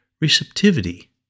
receptivity